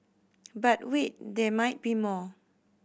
but wait there might be more